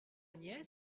agnès